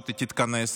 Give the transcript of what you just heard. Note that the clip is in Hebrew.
תתכנס